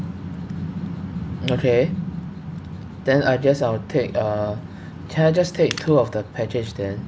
okay then I guess I'll take uh can I just take two of the package then